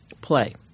play